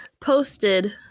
posted